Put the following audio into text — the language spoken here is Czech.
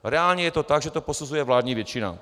Reálně je to tak, že to posuzuje vládní většina.